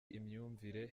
imyumvire